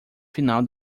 final